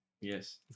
Yes